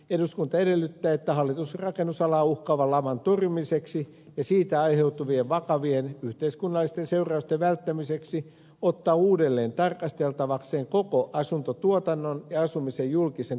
eduskunta edellyttää että hallitus rakennusalaa uhkaavan laman torjumiseksi ja siitä aiheutuvien vakavien yhteiskunnallisten seurausten välttämiseksi ottaa uudelleen tarkasteltavakseen koko asuntotuotannon ja asumisen julkisen tukijärjestelmän